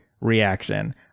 reaction